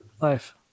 life